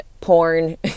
porn